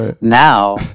Now